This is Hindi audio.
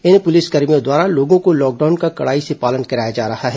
इन पुलिसकर्मियों द्वारा लोगों को लॉकडाउन का कड़ाई से पालन कराया जा रहा है